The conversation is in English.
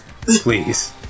Please